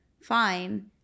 fine –